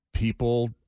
People